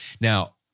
Now